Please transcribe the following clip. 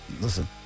listen